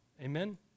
Amen